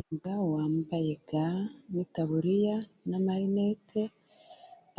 Umuganga wambaye ga n'itariya na marinete,